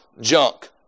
junk